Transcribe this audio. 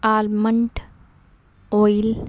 almond oil